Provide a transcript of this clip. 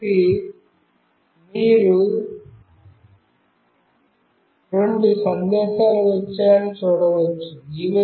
కాబట్టి మీరు రెండు సందేశాలు వచ్చాయని చూడవచ్చు